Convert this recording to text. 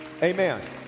Amen